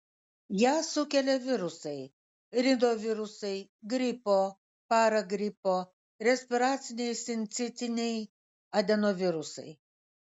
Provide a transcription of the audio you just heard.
ją sukelia virusai rinovirusai gripo paragripo respiraciniai sincitiniai adenovirusai